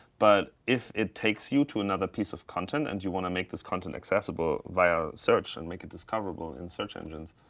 but if it takes you to another piece of content and you want to make this content accessible via search and make it discoverable in search engines,